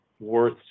worth